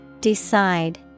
Decide